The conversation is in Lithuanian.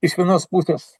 iš vienos pusės